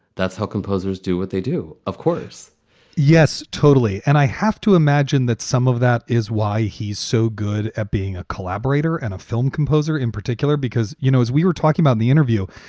that's how composers do what they do. of course yes, totally. and i have to imagine that some of that is why he's so good at being a collaborator and a film composer in particular, because, you know, as we were talking about in the interview,